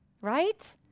right